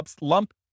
lump